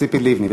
ציפי לבני.